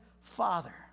Father